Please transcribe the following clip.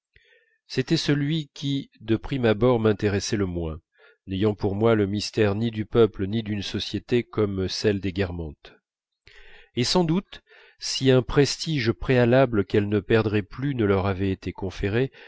c'était celui qui de prime abord m'intéressait le moins n'ayant pour moi le mystère ni du peuple ni d'une société comme celle des guermantes et sans doute si un prestige préalable qu'elles ne perdraient plus ne leur avait été conféré